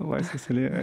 laisvės alėjoj